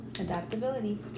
Adaptability